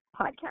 Podcast